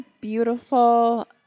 beautiful